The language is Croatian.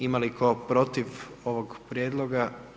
Ima li tko protiv ovog prijedloga?